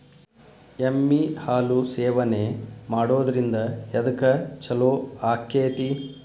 ಎಮ್ಮಿ ಹಾಲು ಸೇವನೆ ಮಾಡೋದ್ರಿಂದ ಎದ್ಕ ಛಲೋ ಆಕ್ಕೆತಿ?